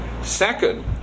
Second